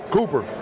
Cooper